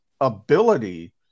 ability